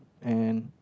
and